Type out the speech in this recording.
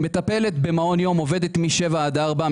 מטפלת במעון יום עובדת מ-07:00 עד 16:00,